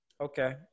Okay